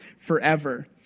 forever